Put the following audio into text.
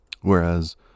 Whereas